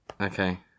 okay